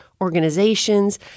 organizations